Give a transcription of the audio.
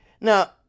now